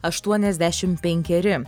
aštuoniasdešimt penkeri